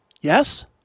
Yes